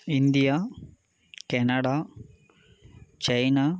India Canada China